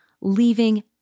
leaving